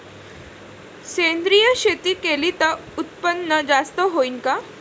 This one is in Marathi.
सेंद्रिय शेती केली त उत्पन्न जास्त होईन का?